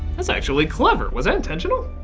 that's actually clever. was that intentional?